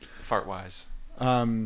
Fart-wise